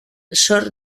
sor